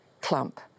clump